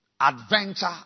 adventure